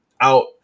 out